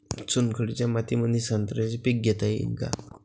चुनखडीच्या मातीमंदी संत्र्याचे पीक घेता येईन का?